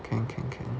can can can